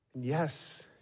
Yes